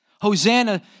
Hosanna